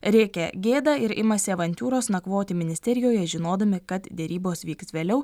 rėkia gėda ir imasi avantiūros nakvoti ministerijoje žinodami kad derybos vyks vėliau